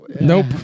nope